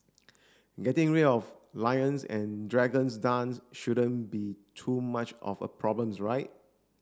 getting rid of lions and dragons dance shouldn't be too much of a problems right